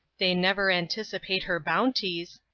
they never anticipate her bounties,